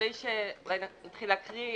לפני שאולי נתחיל להקריא,